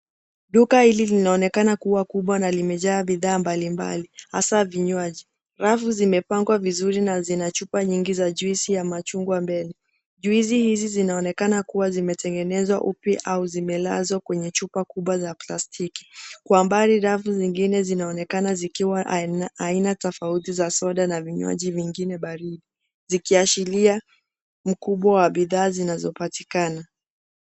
Duka hili linaonekana kuwa kubwa na limejaa bidhaa mbalimbali haswa vinywaji . Rafu zimepangwa vizuri na zina chupa nyingi za (cs)juice(cs) ya machungwa mbele . Juisi hizi zinaonekana kuwa zimetengenezwa upya au zimelazwa kwenye chupa kubwa za plastiki . Kwa mbali rafu zingine zinaonekana zikiwa aina tofauti za soda na vinywaji vingine baridi zikiashiria ukubwa wa bidhaa zinazopatikana .